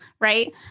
right